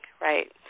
right